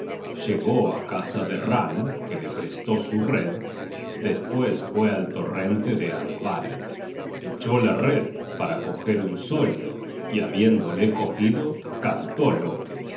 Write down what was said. llegó á casa de ran que le prestó su red despues fue al torrente de andvare echó la red para coger un sollo y habiéndole cogido cantó loke quién